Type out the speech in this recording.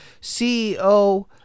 CEO